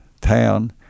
town